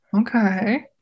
Okay